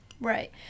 Right